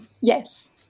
Yes